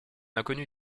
inconnu